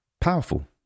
Powerful